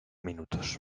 minutos